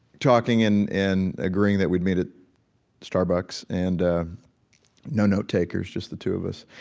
talking and and agreeing that we'd meet at starbucks. and no note takers, just the two of us.